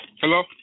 Hello